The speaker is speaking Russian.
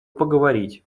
поговорить